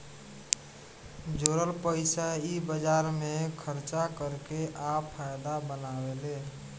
जोरल पइसा इ बाजार मे खर्चा कर के आ फायदा बनावेले